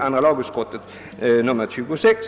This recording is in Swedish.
andra lagutskottets utlåtande nr 26.